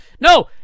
No